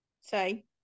say